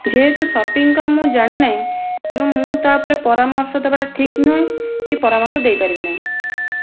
ଯେହେତୁ ସପିଙ୍ଗ କ'ଣ ମୁଁ ଜାଣିନାହିଁ ତେଣୁ ମୁଁ ତା ଉପରେ ପରାମର୍ଶ ଦେବାଟା ଠିକ ନୁହେଁ କି ପରାମର୍ଶ ଦେଇପାରିବି ନାହିଁ